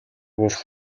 болох